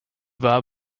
war